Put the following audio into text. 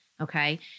Okay